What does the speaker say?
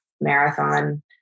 marathon